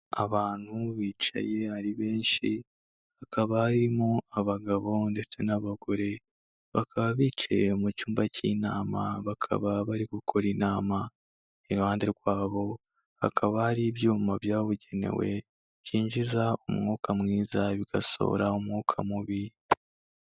Abantu bicaye ari benshi, hakaba arimo abagabo ndetse n'abagore, bakaba bicaye mu cyumba cy'inama bakaba bari gukora inama, iruhande rwabo hakaba hari ibyuma byabugenewe byinjiza umwuka mwiza, bigasohora umwuka mubi.